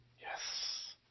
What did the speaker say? Yes